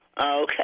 Okay